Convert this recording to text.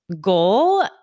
goal